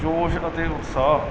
ਜੋਸ਼ ਅਤੇ ਉਤਸ਼ਾਹ